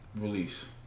release